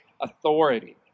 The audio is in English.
authority